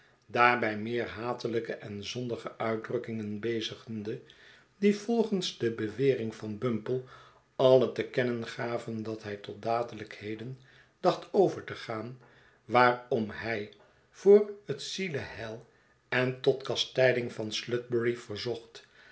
daarbij meer hatelijke en zondige uitdrukkingen bezigende die volgens de bewering van bumple alle te kennen gaven dat hij tot dadelijkheden dacht over te gaan waarom hij voor het zieleheil en tot kastijding van sludberry verzocht